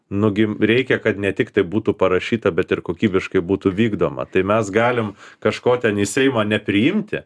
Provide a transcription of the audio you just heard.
nu gi reikia kad ne tik tai būtų parašyta bet ir kokybiškai būtų vykdoma tai mes galim kažko ten į seimą nepriimti